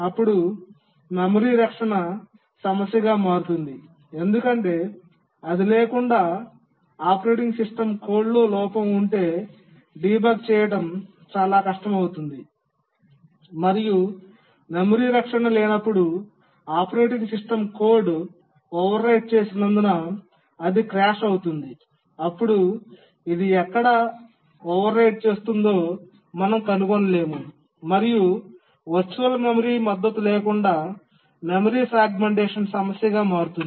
అప్పుడు మెమరీ రక్షణ సమస్యగా మారుతుంది ఎందుకంటే అది లేకుండా ఆపరేటింగ్ సిస్టమ్ కోడ్లో లోపం ఉంటే డీబగ్ చేయడం చాలా కష్టమవుతుంది మరియు మెమరీ రక్షణ లేనప్పుడు ఆపరేటింగ్ సిస్టమ్ కోడ్ ఓవర్రైట్ చేసినందున అది క్రాష్ అవుతుంది అప్పుడు ఇది ఎక్కడ ఓవర్రైట్ చేస్తుందో మనం కనుగొనలేము మరియు వర్చువల్ మెమరీ మద్దతు లేకుండా మెమరీ ఫ్రాగ్మెంటేషన్ సమస్యగా మారుతుంది